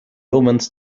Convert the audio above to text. omens